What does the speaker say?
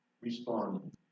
respond